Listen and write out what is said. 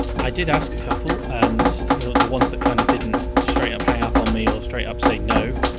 i did ask a couple and the the ones that kind of didn't straight up hang up on um me or straight up say no,